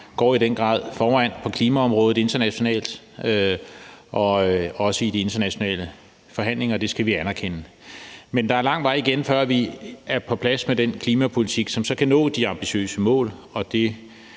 går i den grad foran på klimaområdet internationalt og også i de internationale forhandlinger, og det skal vi anerkende. Men der er lang vej igen, før vi er på plads med den klimapolitik, som så kan nå de ambitiøse mål,